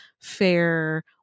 fair